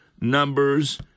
Numbers